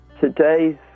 today's